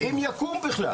אם יקום בכלל.